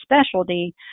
specialty